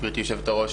גברתי יושבת הראש,